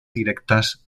directas